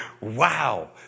wow